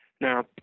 Now